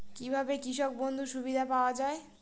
কি ভাবে কৃষক বন্ধুর সুবিধা পাওয়া য়ায়?